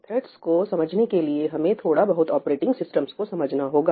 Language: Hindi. थ्रेड्स को समझने के लिए हमें थोड़ा बहुत ऑपरेटिंग सिस्टम्स को समझना होगा